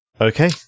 Okay